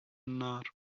النار